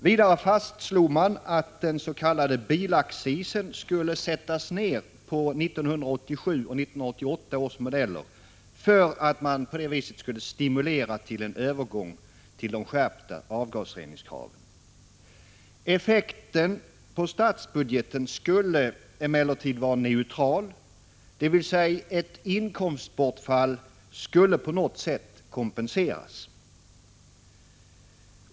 Vidare fastslogs att den s.k. bilaccisen skulle sättas ned på 1987 och 1988 års modeller för att på det viset stimulera en övergång till de skärpta avgasreningskraven. Effekten på statsbudgeten skulle emellertid vara neutral, dvs. ett inkomstbortfall skulle på något sätt kompenseras.